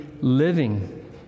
living